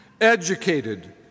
educated